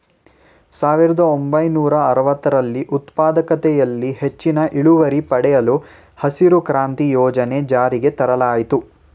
ಸಾವಿರದ ಒಂಬೈನೂರ ಅರವತ್ತರಲ್ಲಿ ಉತ್ಪಾದಕತೆಯಲ್ಲಿ ಹೆಚ್ಚಿನ ಇಳುವರಿ ಪಡೆಯಲು ಹಸಿರು ಕ್ರಾಂತಿ ಯೋಜನೆ ಜಾರಿಗೆ ತರಲಾಯಿತು